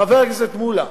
חבר הכנסת מולה,